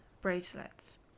bracelets